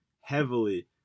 heavily